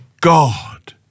God